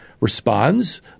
responds